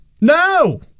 No